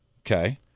Okay